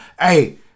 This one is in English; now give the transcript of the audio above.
Hey